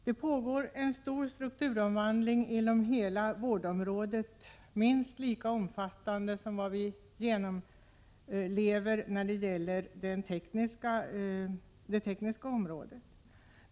Det pågår en stor strukturomvandling inom hela vårdområdet som är minst lika omfattande som när det gäller det tekniska området.